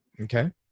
okay